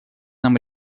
нам